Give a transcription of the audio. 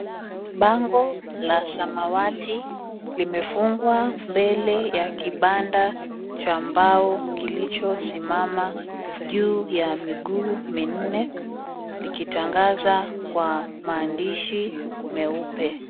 Bango la samawati limefungwa mbele ya kibanda cha mbao kilichosimama juu ya miguu minne likitangaza kwa maandishi meupe.